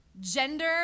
gender